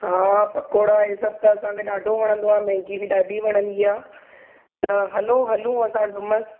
हा पकोड़ा ई सभु त असांखे ॾाढो वणंदो आहे मेगी बि ॾाढी वणंदी आहे त हलो हलूं असां डुमस